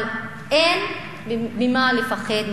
אבל אין מה לפחד מאחרים.